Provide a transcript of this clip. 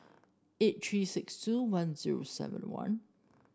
eight three six two one zero seven one